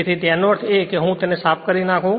તેથી એનો અર્થ છે કે હું તેને સાફ કરી નાખું